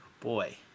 boy